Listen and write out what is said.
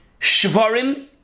Shvarim